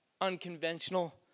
unconventional